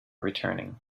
returning